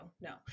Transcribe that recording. no